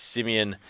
Simeon